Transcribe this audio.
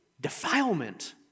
defilement